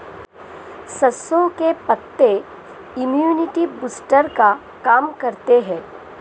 सरसों के पत्ते इम्युनिटी बूस्टर का काम करते है